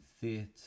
theatre